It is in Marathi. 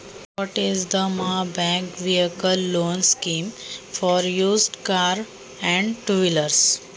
वापरलेल्या कार आणि दुचाकीसाठी महाबँक वाहन कर्ज योजना काय आहे?